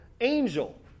angel